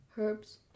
Herbs